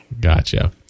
Gotcha